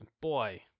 Boy